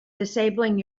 disabling